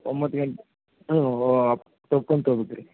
ಒಂಬತ್ತು ಗಂಟೆ ಟೋಕನ್ ತಗೊಬೇಕ್ ರೀ